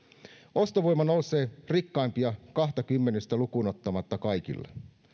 ostovoima nousee rikkainta kahta kymmenystä lukuun ottamatta kaikilla